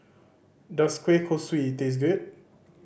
does kueh kosui taste good